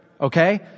okay